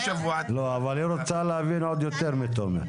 אבל היא רוצה להבין עוד יותר מתומר.